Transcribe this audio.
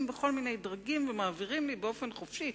בכל מיני דרגים ומעבירים לי באופן חופשי,